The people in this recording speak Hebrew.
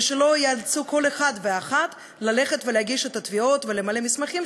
ושלא יאלצו כל אחד ואחת ללכת ולהגיש את התביעות ולמלא מסמכים,